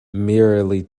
merely